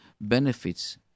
benefits